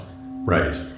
right